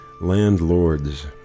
landlords